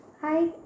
Hi